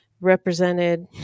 represented